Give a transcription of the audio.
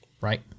right